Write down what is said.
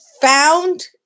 found